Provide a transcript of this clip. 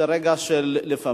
זה רגע שלפעמים,